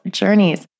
journeys